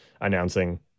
announcing